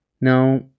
now